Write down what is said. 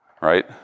Right